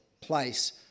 place